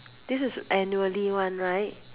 this is annually one right